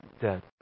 dead